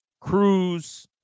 Cruz